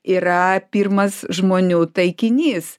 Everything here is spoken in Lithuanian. yra pirmas žmonių taikinys